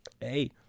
hey